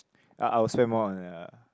uh I will spend more on ya